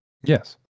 Yes